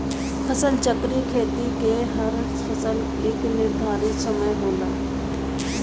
फसल चक्रीय खेती में हर फसल कअ निर्धारित समय होला